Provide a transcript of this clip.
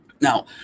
Now